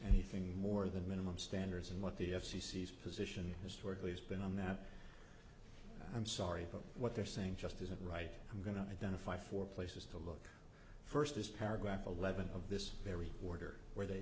anything more than minimum standards and what the f c c has position historically has been on that i'm sorry but what they're saying just isn't right i'm going to identify four places to look first is paragraph eleven of this very order where they